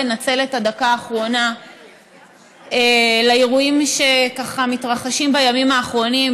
לנצל את הדקה האחרונה לאירועים שמתרחשים בימים האחרונים,